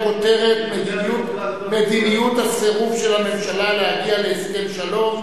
בכותרת: מדיניות הסירוב של הממשלה להגיע להסכם שלום,